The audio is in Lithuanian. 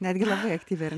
netgi labai aktyvi ar